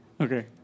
Okay